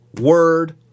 word